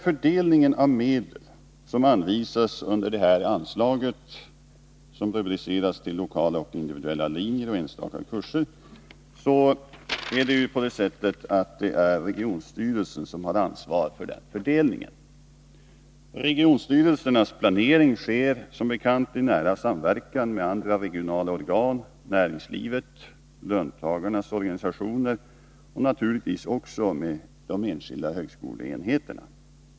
Fördelningen av medel som anvisas under det här anslaget, som rubriceras Lokala och individuella linjer och enstaka kurser, har regionstyrelserna ansvaret för. Styrelsernas planering sker som bekant i nära samverkan med andra regionala organ, näringslivet, löntagarnas organisationer och naturligtvis också de enskilda högskoleenheterna.